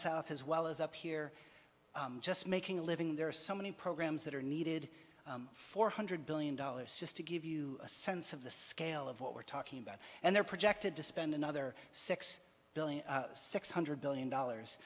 south as well as up here just making a living there are so many programs that are needed four hundred billion dollars just to give you a sense of the scale of what we're talking about and they're projected to spend another six billion six hundred billion dollars